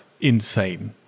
insane